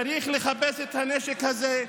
צריך לחפש את הנשק הזה,